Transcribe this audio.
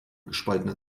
gespaltener